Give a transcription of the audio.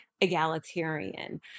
egalitarian